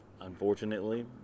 unfortunately